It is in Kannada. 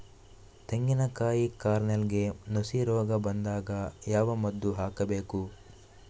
ತೆಂಗಿನ ಕಾಯಿ ಕಾರ್ನೆಲ್ಗೆ ನುಸಿ ರೋಗ ಬಂದಾಗ ಯಾವ ಮದ್ದು ಹಾಕಬೇಕು?